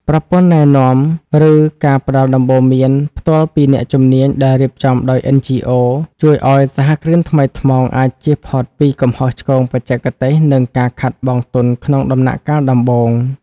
ប្រព័ន្ធណែនាំ ឬការផ្ដល់ដំបូន្មានផ្ទាល់ពីអ្នកជំនាញដែលរៀបចំដោយ NGOs ជួយឱ្យសហគ្រិនថ្មីថ្មោងអាចជៀសផុតពីកំហុសឆ្គងបច្ចេកទេស និងការខាតបង់ទុនក្នុងដំណាក់កាលដំបូង។